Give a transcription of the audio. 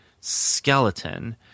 skeleton